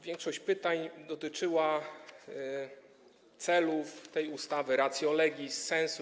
Większość pytań dotyczyła celów tej ustawy, ratio legis, sensu.